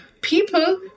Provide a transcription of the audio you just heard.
People